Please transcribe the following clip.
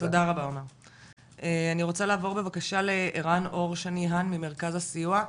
אני רוצה לעבור בבקשה לערן אור שני האן ממרכז הסיוע,